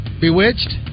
Bewitched